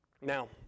Now